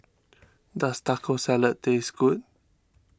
does Taco Salad taste good